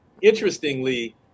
Interestingly